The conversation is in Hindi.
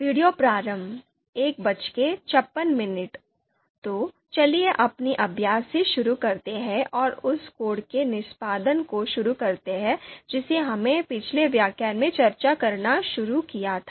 वीडियो प्रारंभ 0156 तो चलिए अपने अभ्यास से शुरू करते हैं और उस कोड के निष्पादन को शुरू करते हैं जिसे हमने पिछले व्याख्यान में चर्चा करना शुरू किया था